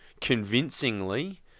convincingly